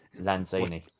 Lanzini